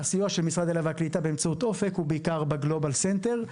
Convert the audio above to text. הסיוע של משרד העלייה והקליטה באמצעות "אופק" הוא בעיקר בגלובל סנטר.